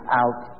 out